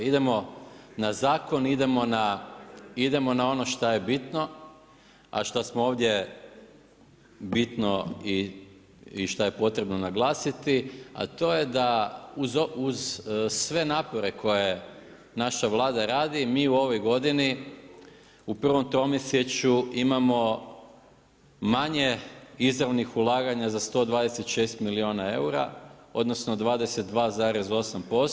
Idemo na zakon, idemo na ono što je bitno, a što smo ovdje bitno i što je potrebno naglasiti, a to je da uz sve napore koje naša Vlada radi, mi u ovoj godini, u prvom tromjesečju, imamo manje izravnih ulaganja za 126 milijuna eura, odnosno, 22,8%